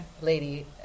lady